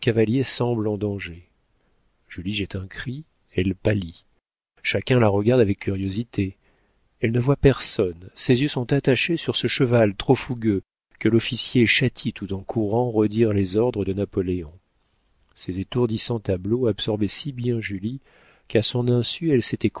en danger julie jette un cri elle pâlit chacun la regarde avec curiosité elle ne voit personne ses yeux sont attachés sur ce cheval trop fougueux que l'officier châtie tout en courant redire les ordres de napoléon ces étourdissants tableaux absorbaient si bien julie qu'à son insu elle